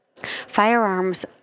Firearms